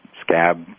scab